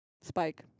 Spike